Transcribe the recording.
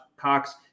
Cox